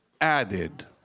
added